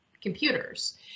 computers